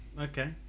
okay